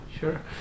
Sure